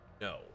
No